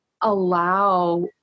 allow